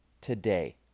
today